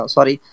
Sorry